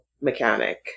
mechanic